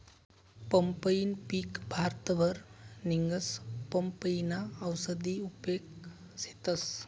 पंपईनं पिक भारतभर निंघस, पपयीना औषधी उपेग शेतस